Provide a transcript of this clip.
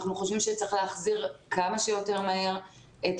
אנחנו חושבים שצריך להחזיר כמה שיותר מהר את